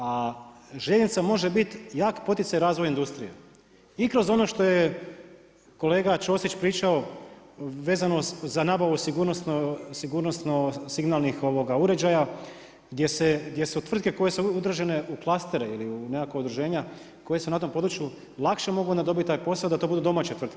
A željeznica može biti jak poticaj razvoja industrije i kroz ono što je kolega Ćosić pričao, vezano za nabavu sigurnosnih signalnih uređaja, gdje su tvrtke koje su udružene u klastere ili u nekakva udruženja koja se na tom području lakše mogu dobiti taj posao, da to bude domaće tvrtke.